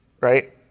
right